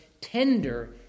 Tender